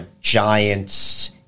giant's